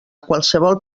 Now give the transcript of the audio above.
qualsevol